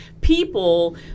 people